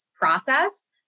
process